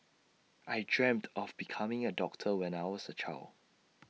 I dreamt of becoming A doctor when I was A child